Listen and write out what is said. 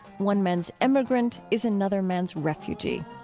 one man's immigrant is another man's refugee.